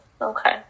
okay